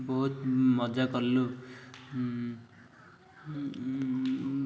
ବହୁତ ମଜା କଲୁ